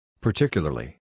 Particularly